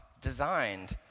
designed